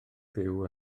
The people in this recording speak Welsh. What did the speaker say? byw